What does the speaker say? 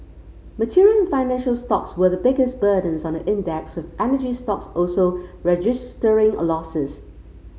material and financial stocks were the biggest burdens on the index with energy stocks also registering a losses